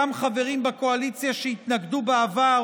גם חברים בקואליציה שהתנגדו בעבר